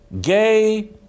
gay